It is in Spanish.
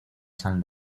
san